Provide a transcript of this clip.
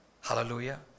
Hallelujah